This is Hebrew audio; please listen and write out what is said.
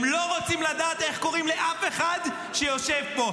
הם לא רוצים לדעת איך קוראים לאף אחד שיושב פה.